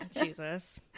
jesus